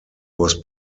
was